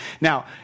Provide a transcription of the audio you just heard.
Now